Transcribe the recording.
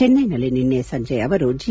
ಚೆನ್ನೈನಲ್ಲಿ ನಿನ್ನೆ ಸಂಜೆ ಅವರು ಜಿ